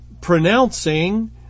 pronouncing